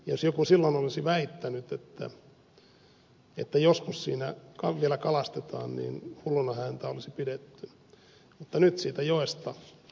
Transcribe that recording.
jos joku silloin olisi väittänyt että joskus siinä vielä kalastetaan niin hulluna häntä olisi pidetty mutta nyt siitä joesta saa kuhia